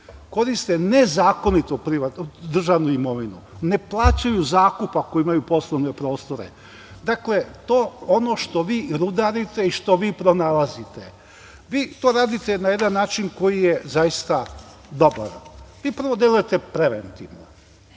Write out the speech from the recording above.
koriste nezakonito državnu imovinu, ne plaćaju zakup ako imaju poslovne prostore, itd. Dakle, ono što vi rudarite i što vi pronalazite, vi to radite na jedan način koji je zaista dobar. Prvo, delujete preventivno,